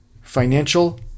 financial